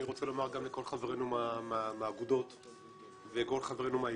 אני רוצה לומר לכל חברינו מהאגודות ולכל חברינו מהאיגודים,